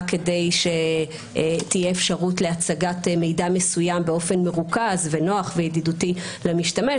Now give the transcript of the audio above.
כדי שתהיה אפשרות להצגת מידע מסוים באופן מרוכז ונוח וידידותי למשתמש,